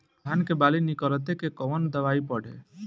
धान के बाली निकलते के कवन दवाई पढ़े?